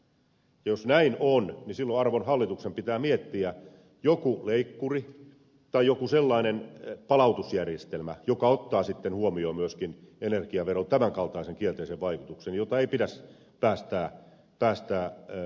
jos näin on silloin arvon hallituksen pitää miettiä jokin leikkuri tai jokin sellainen palautusjärjestelmä joka ottaa sitten huomioon myöskin energiaveron tämänkaltaisen kielteisen vaikutuksen jota ei pidä päästää realisoitumaan